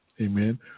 Amen